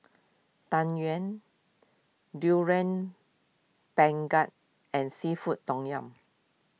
Tang Yuen Durian Pengat and Seafood Tom Yum